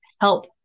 help